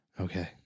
Okay